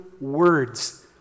words